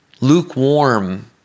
lukewarm